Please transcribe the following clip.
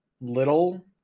little